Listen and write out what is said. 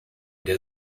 der